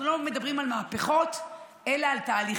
אנחנו לא מדברים על מהפכות, אלא על תהליכים.